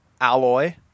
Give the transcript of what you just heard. Alloy